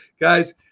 Guys